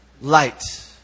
light